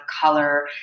color